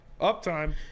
Uptime